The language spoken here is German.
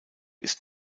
ist